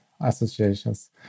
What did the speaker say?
associations